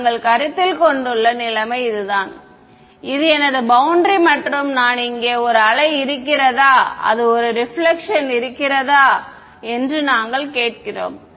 நாங்கள் கருத்தில் கொண்டுள்ள நிலைமை இதுதான் இது எனது பௌண்டரி மற்றும் நான் இங்கே ஒரு அலை இருக்கிறதா அது ஒரு ரிபிலக்ஷன் இருக்கிறதா என்று நாங்கள் கேட்கிறோம்